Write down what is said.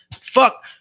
fuck